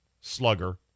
slugger